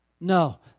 No